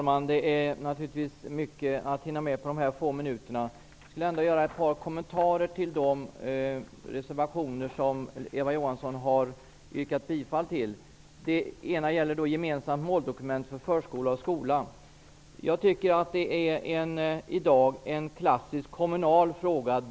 Herr talman! Jag vill göra ett par kommentarer till de reservationer som Eva Johansson yrkade bifall till, även om man inte hinner med mycket på så få minuter. En reservation gäller gemensamt måldokument för förskola och skola. Det är en klassisk kommunal fråga.